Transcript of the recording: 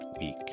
week